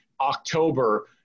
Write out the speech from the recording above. October